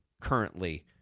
currently